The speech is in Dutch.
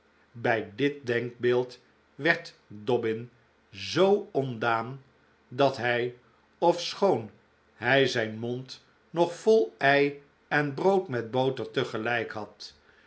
bij dit denkbeeld werd dobbin zoo ontdaan dat hij ofschoon hij zijn mond nog vol ei en brood met boter tegelijk had